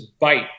bite